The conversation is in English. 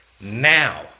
Now